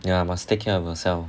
ya must take care of yourself